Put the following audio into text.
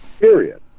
period